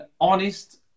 honest